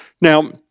Now